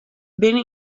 binne